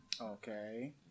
Okay